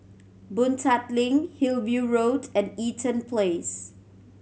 Boon Tat Link Hillview Road and Eaton Place